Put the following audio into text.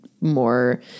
more